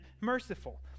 merciful